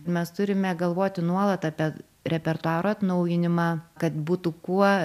mes turime galvoti nuolat apie repertuaro atnaujinimą kad būtų kuo